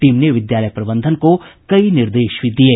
team ने विद्यालय प्रबंधन को कई निर्देश भी दिये